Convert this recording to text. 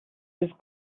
with